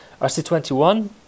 RC21